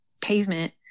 pavement